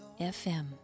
FM